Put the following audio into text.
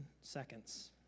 seconds